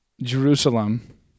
Jerusalem